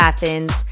Athens